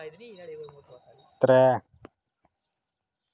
त्रै